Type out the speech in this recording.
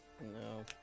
No